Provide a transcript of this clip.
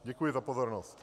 Děkuji za pozornost.